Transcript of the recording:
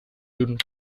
jung